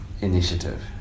initiative